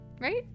Right